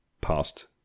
past